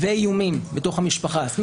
איומים בתוך המשפחה.